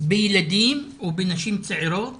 בילדים ובנשים צעירות